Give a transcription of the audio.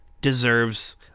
deserves